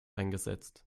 eingesetzt